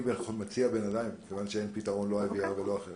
אני מציע שבינתיים מכיוון שאין פתרון של IVR או אחר